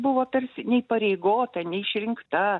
buvo tarsi neįpareigota neišrinkta